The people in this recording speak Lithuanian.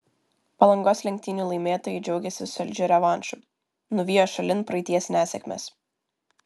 palangos lenktynių laimėtojai džiaugiasi saldžiu revanšu nuvijo šalin praeities nesėkmes